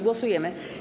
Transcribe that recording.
Głosujemy.